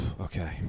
Okay